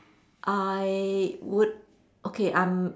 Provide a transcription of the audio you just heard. I would okay I'm